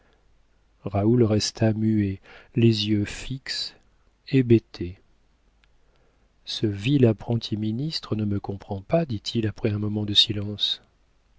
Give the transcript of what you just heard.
raoul resta muet les yeux fixes hébétés ce vil apprenti ministre ne me comprend pas dit-il après un moment de silence